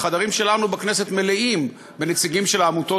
החדרים שלנו בכנסת מלאים בנציגים של העמותות